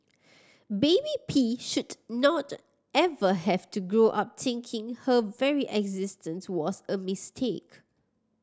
baby P should not ever have to grow up thinking her very existence was a mistake